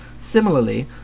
Similarly